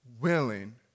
willing